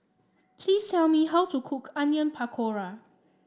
please tell me how to cook Onion Pakora